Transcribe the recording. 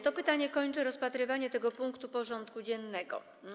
To pytanie kończy rozpatrywanie tego punktu porządku dziennego.